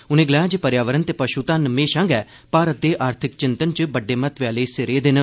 उनें गलाया जे पर्यावरण ते पशु घन म्हेशां गै भारत दे आर्थिक चिंतन च बड्डे महत्व आह्ला हिस्सा रेह्दे न